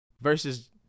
versus